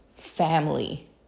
family